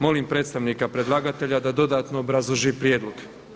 Molim predstavnika predlagatelja da dodatno obrazloži prijedlog.